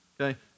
Okay